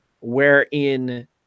wherein